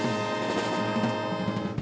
oh